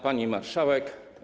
Pani Marszałek!